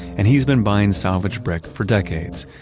and he's been buying salvaged brick for decades.